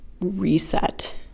reset